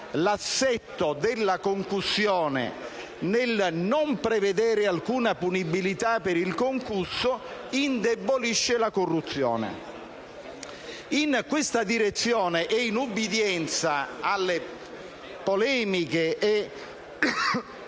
l'assetto della concussione, nel non prevedere alcuna punibilità per il concusso, indebolisce la corruzione. In questa direzione e in ubbidienza alle polemiche e